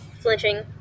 Flinching